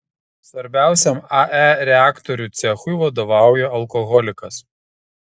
svarbiausiam ae reaktorių cechui vadovauja alkoholikas